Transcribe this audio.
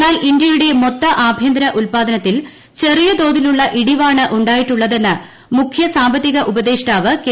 എന്നാൽ ഇന്ത്യയുടെ മൊത്ത ആഭ്യന്ത ഉത്പാദനത്തിൽ ചെറിയ തോതിലുള്ള ഇടിവാണ് ഉണ്ടായിട്ടുള്ളതെന്ന് മുഖ്യ സാമ്പത്തിക ഉപദേഷ്ടാവ് കെ